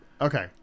Okay